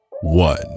one